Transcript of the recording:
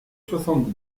soixante